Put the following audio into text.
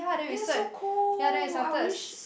it is so poor I wish